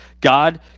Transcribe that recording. God